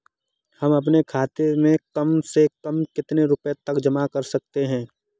हम अपने खाते में कम से कम कितने रुपये तक जमा कर सकते हैं?